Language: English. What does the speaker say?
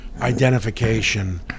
Identification